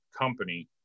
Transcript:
company